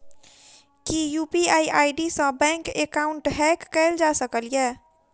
की UPI ID सऽ bank account hack कैल जा सकलिये?